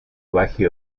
baje